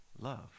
love